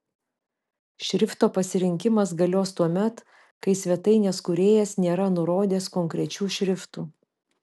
šrifto pasirinkimas galios tuomet kai svetainės kūrėjas nėra nurodęs konkrečių šriftų